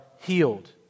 healed